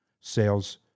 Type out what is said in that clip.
sales